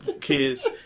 kids